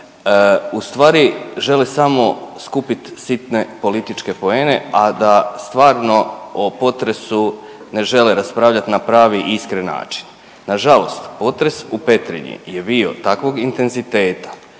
u stvari žele samo skupiti sitne političke poene, a da stvarno o potresu ne žele raspravljati na pravi, iskren način. Na žalost potres u Petrinji je bio takvog intenziteta